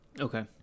Okay